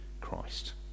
Christ